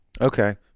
Okay